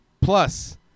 plus